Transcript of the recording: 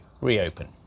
reopen